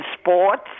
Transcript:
sports